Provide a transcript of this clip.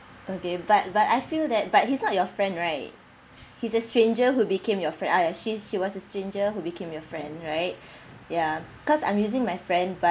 okay but but I feel that but he's not your friend right he's a stranger who became your friend ah ya she's she was a stranger who became your friend right ya cause I'm using my friend but